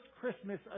Christmas